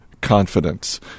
confidence